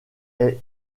est